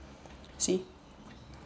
see